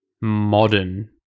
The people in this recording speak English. modern